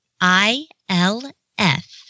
I-L-F